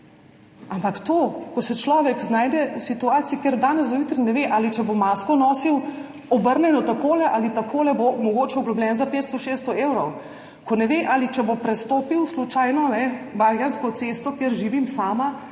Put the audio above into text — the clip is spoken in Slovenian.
ampak to, ko se človek znajde v situaciji, kjer od danes do jutri ne ve, ali bo mogoče, če bo masko nosil obrnjeno takole ali takole, oglobljen za 500, 600 evrov, ko ne ve, če bo prestopil slučajno Barjansko cesto, kjer živim sama,